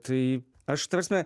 tai aš ta prasme